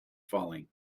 falling